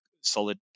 solid